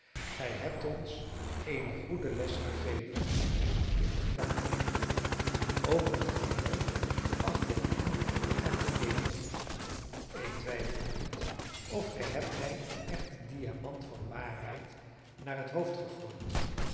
gij hebt ons eene goede les gegeven en uw plicht gedaan en over het geheel acht ik u er te meer om ik twijfel niet of gij hebt mij een echten diamant van waarheid naar het hoofd gegooid